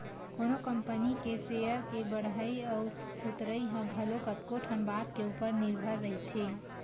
कोनो कंपनी के सेयर के बड़हई अउ उतरई ह घलो कतको ठन बात के ऊपर निरभर रहिथे